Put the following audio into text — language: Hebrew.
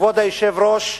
כבוד היושב-ראש,